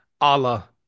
Allah